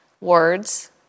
words